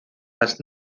las